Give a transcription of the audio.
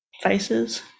faces